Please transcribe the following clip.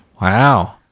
Wow